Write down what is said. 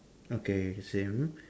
okay it's the same